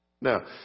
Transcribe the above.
Now